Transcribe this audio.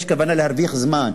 יש כוונה להרוויח זמן.